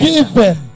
Given